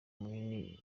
munini